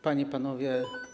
Panie i Panowie!